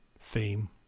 theme